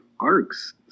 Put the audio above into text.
Arcs